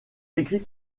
écrits